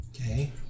Okay